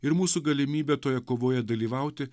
ir mūsų galimybę toje kovoje dalyvauti